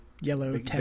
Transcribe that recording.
yellow